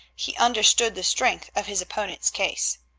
he understood the strength of his opponent's case.